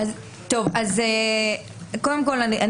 קודם כול,